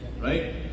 Right